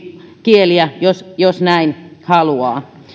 kieliä jos jos näin haluaa